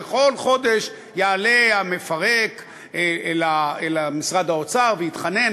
ובכל חודש יעלה המפרק אל משרד האוצר ויתחנן